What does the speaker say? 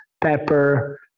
pepper